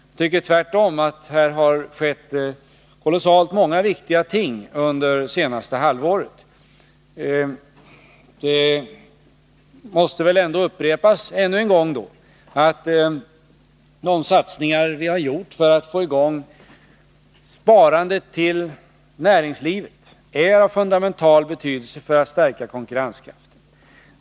Jag tycker tvärtom att det har skett kolossalt många viktiga ting under det senaste halvåret. Det måste väl ändå upprepas att de satsningar vi har gjort för att få i gång sparandet till näringslivet är av fundamental betydelse för att stärka konkurrenskraften.